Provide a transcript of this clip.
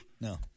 no